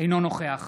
אינו נוכח